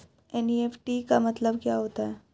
NEFT का मतलब क्या होता है?